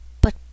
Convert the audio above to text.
But